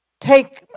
take